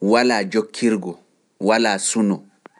walaa jokkirgo, walaa suno.